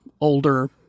older